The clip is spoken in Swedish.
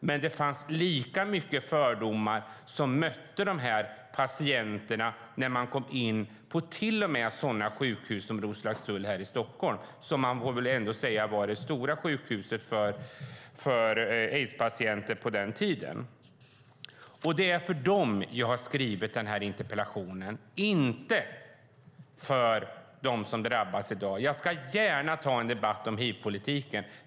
Men det fanns många fördomar som mötte de här patienterna till och med när de kom in till sådana sjukhus som Roslagstulls sjukhus här i Stockholm, vilket väl ändå får sägas var det stora sjukhuset för aidspatienter på den tiden. Det är för dem jag har skrivit den här interpellationen, inte för dem som drabbas i dag. Jag ska gärna ta en debatt om hivpolitiken.